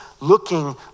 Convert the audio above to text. looking